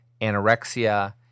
anorexia